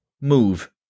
move